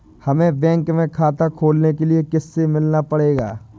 हमे बैंक में खाता खोलने के लिए किससे मिलना पड़ेगा?